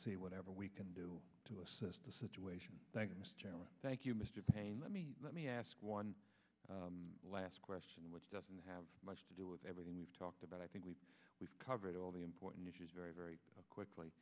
see whatever we can do to assist the situation thank you mr payne let me let me ask one last question which doesn't have much to do with everything we've talked about i think we've covered all the important issues very very quickly